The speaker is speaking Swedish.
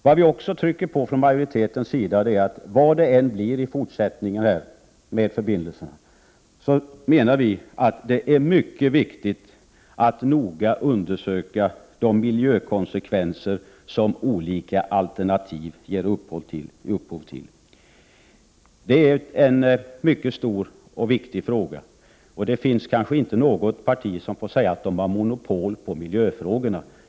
Från majoritetens sida trycker vi också på att vad det än blir i fortsättningen i fråga om förbindelser, är det mycket viktigt att noga undersöka de miljökonsekvenser som olika alternativ har. Det är en stor och viktig fråga, och det finns nog inte något parti som kan säga att man har monopol på miljöfrågorna.